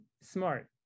Smart